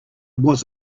was